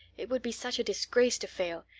it would be such a disgrace to fail,